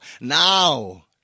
now